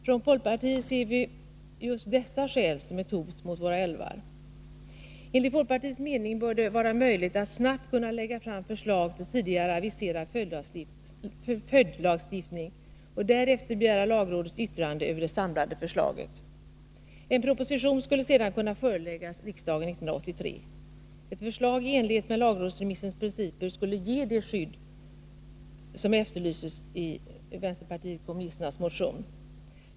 Från folkpartiet ser vi just dessa skäl som ett hot mot våra älvar. Enligt folkpartiets mening bör det vara möjligt att snabbt kunna lägga fram förslag till tidigare aviserad följdlagstiftning och därefter begära lagrådets yttrande över det samlade förslaget. En proposition skulle sedan kunna föreläggas riksdagen 1983. Ett förslag i enlighet med lagrådsremissens principer skulle ge det skydd som efterlyses i vänsterpartiet kommunisternas motion.